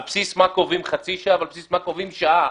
על בסיס מה קובעים חצי שעה ועל בסיס מה קובעים שעה?